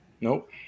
Nope